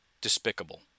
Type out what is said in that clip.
despicable